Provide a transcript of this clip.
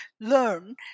learn